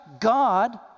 God